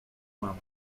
mama